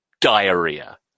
diarrhea